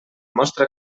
mostra